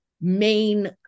main